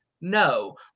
No